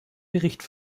bericht